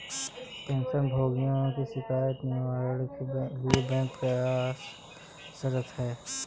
pension भोगियों की शिकायत निवारण के लिए बैंक प्रयासरत है